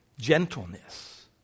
Gentleness